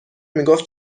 میگفت